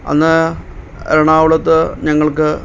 അന്ന് എറണാകുളത്ത് ഞങ്ങൾക്ക്